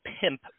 Pimp